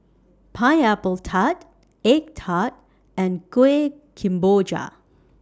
Pineapple Tart Egg Tart and Kueh Kemboja